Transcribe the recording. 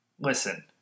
Listen